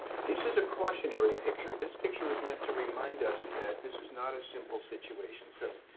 this is a cautionary picture. this picture is meant to remind us and that this is not a simple situation. so,